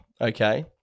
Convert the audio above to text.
Okay